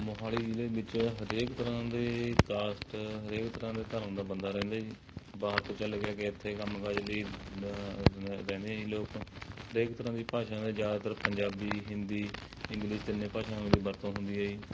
ਮੋਹਾਲੀ ਜ਼ਿਲ੍ਹੇ ਵਿੱਚ ਹਰੇਕ ਤਰ੍ਹਾਂ ਦੇ ਕਾਸਟ ਹਰੇਕ ਤਰ੍ਹਾਂ ਦੇ ਧਰਮ ਦਾ ਬੰਦਾ ਰਹਿੰਦਾ ਜੀ ਬਾਹਰ ਤੋਂ ਚੱਲ ਕੇ ਆ ਕੇ ਇੱਥੇ ਕੰਮ ਕਾਜ ਲਈ ਰ ਰਹਿੰਦੇ ਹੈ ਜੀ ਲੋਕ ਹਰੇਕ ਤਰ੍ਹਾਂ ਦੀ ਭਾਸ਼ਾ ਦੇ ਜ਼ਿਆਦਾਤਰ ਪੰਜਾਬੀ ਹਿੰਦੀ ਇੰਗਲਿਸ਼ ਤਿੰਨੇ ਭਾਸ਼ਾਵਾਂ ਦੀ ਵਰਤੋਂ ਹੁੰਦੀ ਹੈ ਜੀ